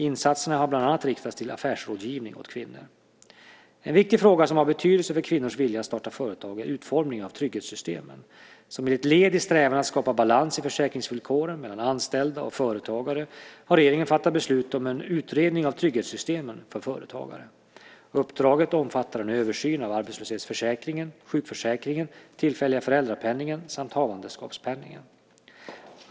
Insatserna har bland annat riktats till affärsrådgivning åt kvinnor. En viktig fråga som har betydelse för kvinnors vilja att starta företag är utformningen av trygghetssystemen. Som ett led i strävan att skapa balans i försäkringsvillkoren mellan anställda och företagare har regeringen fattat beslut om en utredning av trygghetssystemen för företagare. Uppdraget omfattar en översyn av arbetslöshetsförsäkringen, sjukförsäkringen, tillfälliga föräldrapenningen samt havandeskapspenningen.